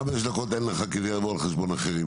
עוד חמש דקות אין לך כי זה יבוא על חשבון אחרים.